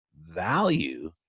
value